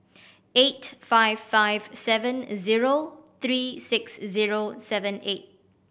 eight five five seven zero three six zero seven eight